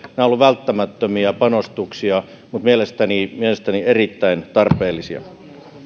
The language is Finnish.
nämä ovat olleet välttämättömiä panostuksia mutta mielestäni mielestäni erittäin tarpeellisia